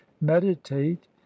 meditate